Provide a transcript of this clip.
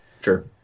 Sure